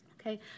Okay